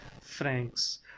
francs